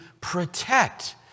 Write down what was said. protect